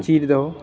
चीर दहो